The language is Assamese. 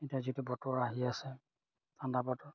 এতিয়া যিটো বতৰ আহি আছে ঠাণ্ডা বতৰ